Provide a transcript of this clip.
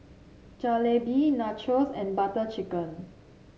Jalebi Nachos and Butter Chicken